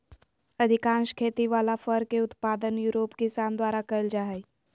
अधिकांश खेती वला फर के उत्पादन यूरोप किसान द्वारा कइल जा हइ